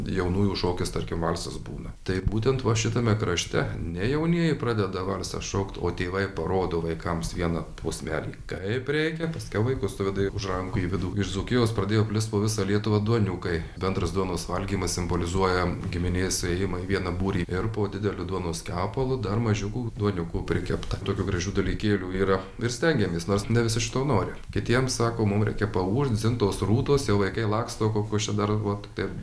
jaunųjų šokis tarkim valsas būna tai būtent va šitame krašte ne jaunieji pradeda valsą šokt o tėvai parodo vaikams vieną posmelį kaip reikia paskiau vaikus suveda už rankų į vidų iš dzūkijos pradėjo plist po visą lietuvą duoniukai bendras duonos valgymas simbolizuoja giminės suėjimą į vieną būrį ir po dideliu duonos kepalu dar mažiukų duoniukų prikepta tokių gražių dalykėlių yra ir stengiamės nors ne visi šito nori kitiems sako mum reikia paūžt dzin tos rūtos jau vaikai laksto kokios čia dar vat taip